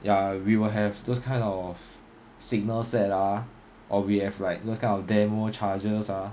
ya we will have those kind of signal set ah or we have like those kind of demo charges ah